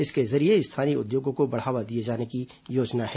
इसके जरिये स्थानीय उद्योगों को बढ़ावा दिए जाने की योजना है